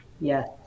Yes